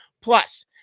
Plus